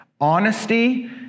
honesty